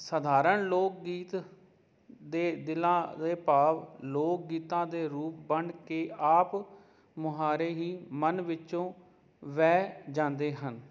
ਸਧਾਰਨ ਲੋਕ ਗੀਤ ਦੇ ਦਿਲਾਂ ਦੇ ਭਾਵ ਲੋਕ ਗੀਤਾਂ ਦੇ ਰੂਪ ਬਣ ਕੇ ਆਪ ਮੁਹਾਰੇ ਹੀ ਮਨ ਵਿੱਚੋਂ ਵਹਿ ਜਾਂਦੇ ਹਨ